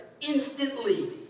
Instantly